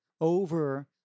over